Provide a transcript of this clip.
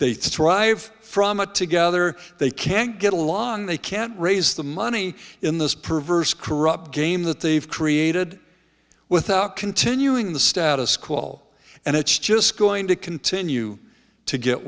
they thrive from a together they can't get along they can't raise the money in this perverse corrupt game that they've created without continuing the status quo all and it's just going to continue to get